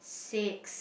six